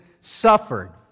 suffered